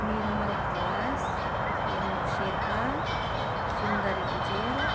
Nirmal Khawas Pemu Sherpa Sundari Bhujel